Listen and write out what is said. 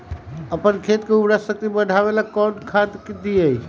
अपन खेत के उर्वरक शक्ति बढावेला कौन खाद दीये?